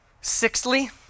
Sixthly